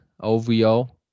OVO